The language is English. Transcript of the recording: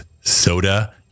soda